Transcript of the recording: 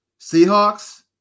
Seahawks